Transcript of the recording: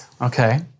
okay